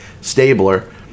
Stabler